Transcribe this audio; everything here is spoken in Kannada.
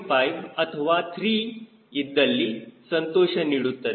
5 ಅಥವಾ 3 ಇದ್ದಲ್ಲಿ ಸಂತೋಷ ನೀಡುತ್ತದೆ